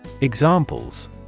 Examples